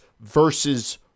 versus